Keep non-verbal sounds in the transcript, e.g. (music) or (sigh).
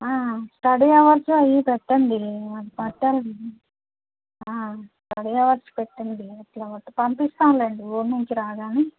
study hours అవి పెట్టండి (unintelligible) study hours పెట్టండి ఎట్లో గట్ల పంపిస్తాము లేండి ఊరు నుంచి రాగానే